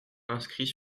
inscrit